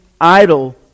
idle